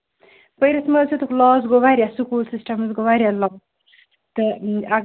پٔرِتھ ما حظ ہیوٚکُکھ لواس گوٚو واریاہ سکوٗل سِسٹمس گوٚو واریاہ لواس تہٕ